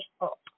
up